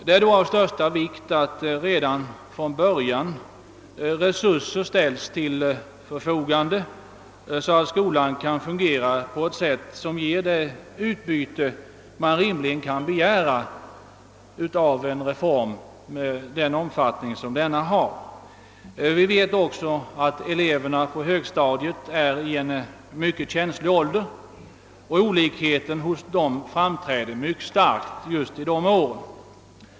Det är då av största vikt att resurser redan från början ställs till förfogande, så att skolan kan fungera på ett sätt som ger det utbyte man rimligen kan begära av en reform av den omfattning som denna har. Vi vet också att eleverna på högstadiet är i en mycket känslig ålder, och olikheten hos dem framträder mycket starkt under just de åren.